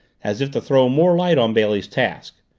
as if to throw more light on bailey's task.